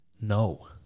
No